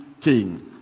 king